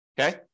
Okay